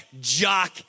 jock